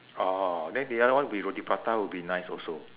oh then the other one will be roti prata would be nice also